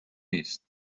نیست